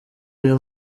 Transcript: uyu